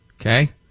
Okay